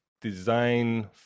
design